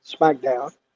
SmackDown